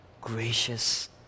gracious